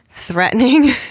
Threatening